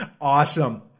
Awesome